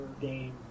game